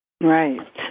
right